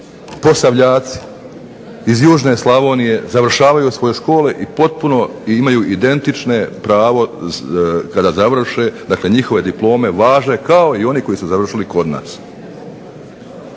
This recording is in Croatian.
Posavljaci iz južne Slavonije završavaju svoje škole i imaju identično pravo kada završe, dakle njihove diplome važe kao i oni koji su završili kod nas.